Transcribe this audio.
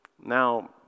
Now